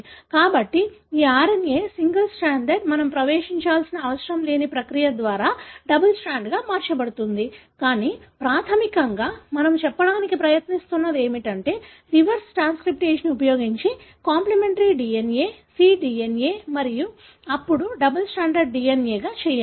కాబట్టి ఈ DNA single stranded మనం ప్రవేశించాల్సిన అవసరం లేని ప్రక్రియ ద్వారా డబుల్ స్ట్రాండ్గా మార్చబడుతుంది కానీ ప్రాథమికంగా మేము చెప్పడానికి ప్రయత్నిస్తున్నది ఏమిటంటే రివర్స్ ట్రాన్స్క్రిప్టేజ్ని ఉపయోగించి కాంప్లిమెంటరీ DNA cDNA మరియు అప్పుడు డబుల్ స్ట్రాండెడ్ DNA గా చేయండి